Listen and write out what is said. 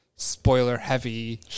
spoiler-heavy